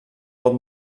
pot